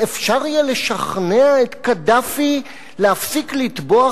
שאפשר יהיה לשכנע את קדאפי להפסיק לטבוח